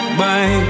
bye